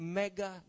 mega